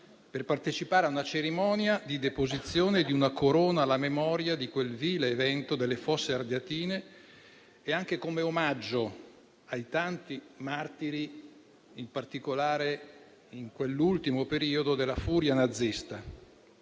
per partecipare a una cerimonia di deposizione di una corona alla memoria di quel vile evento e anche come omaggio ai tanti martiri, in particolare di quell'ultimo periodo della furia nazista.